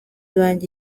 banjye